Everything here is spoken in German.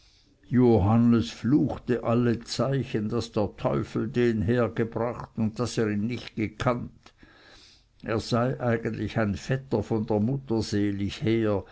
johannes fluchte alle zeichen daß der teufel den hergebracht und daß er ihn nicht gekannt es sei eigentlich ein vetter von der mutter selig her